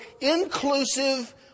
inclusive